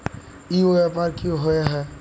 ई व्यापार की होय है?